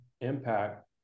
impact